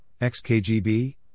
XKGB